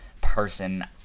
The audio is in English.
person